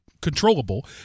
controllable